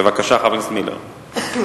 חבר הכנסת מילר, בבקשה.